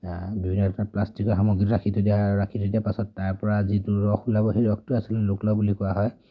বিভিন্ন ধৰণৰ প্লাষ্টিকৰ সামগ্ৰীত ৰাখি থৈ দিয়া হয় ৰাখি থৈ দিয়াৰ পাছত তাৰ পৰা যিটো ৰস ওলাব সেই ৰসটোক আচলতে লোক লাও বুলি কোৱা হয়